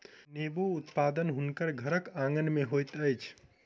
नेबो उत्पादन हुनकर घरक आँगन में होइत अछि